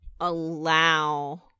allow